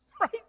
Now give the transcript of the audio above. Right